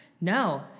No